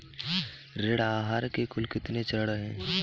ऋण आहार के कुल कितने चरण हैं?